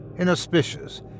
inauspicious